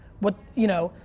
what, you know,